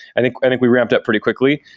i think we think we ramped up pretty quickly,